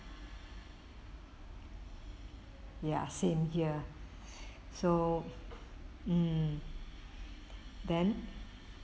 ya same here so mm then